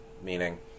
meaning